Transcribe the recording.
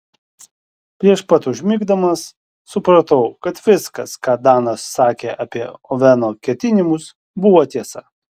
prieš pat užmigdamas supratau kad viskas ką danas sakė apie oveno ketinimus buvo tiesa